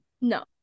No